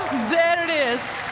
there it is.